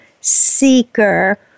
seeker